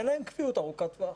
אין להם קביעות ארוכת טווח.